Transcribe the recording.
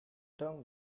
term